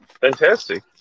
Fantastic